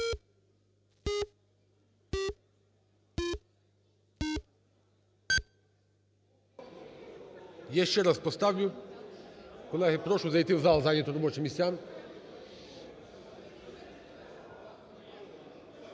Я ще раз поставлю. Колеги, прошу зайти в зал і зайняти робочі місця.